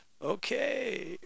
Okay